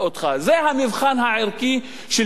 זה המבחן הערכי של כיבוש,